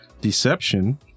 deception